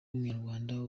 w’umunyarwanda